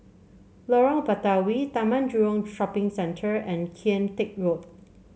Lorong Batawi Taman Jurong Shopping Centre and Kian Teck Road